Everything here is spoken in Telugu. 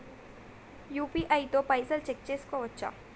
యూ.పీ.ఐ తో పైసల్ చెక్ చేసుకోవచ్చా?